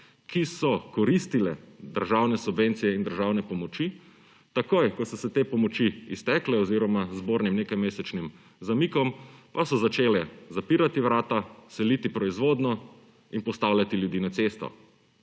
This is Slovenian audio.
ki so koristile državne subvencije in državne pomoči. Takoj, ko so se te pomoči iztekle oziroma z bornim nekajmesečnim zamikom, pa so začele zapirati vrata, seliti proizvodnjo in postavljati ljudi na cesto.